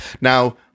Now